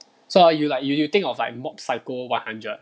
so you like you you you think of like mob psycho one hundred